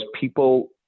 people